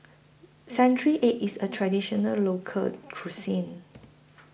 Century Egg IS A Traditional Local Cuisine